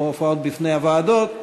או הופעות בפני הוועדות.